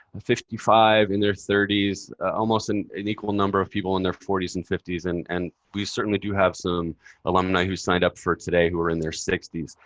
fifty five in their thirty s, almost and an equal number of people in their forty s and fifty s. and and we certainly do have some alumni who signed up for today who were in their sixty s.